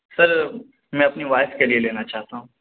سر میں اپنی وائف کے لیے لینا چاہتا ہوں